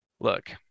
Look